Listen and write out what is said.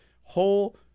whole